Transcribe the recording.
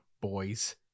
boys